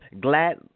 glad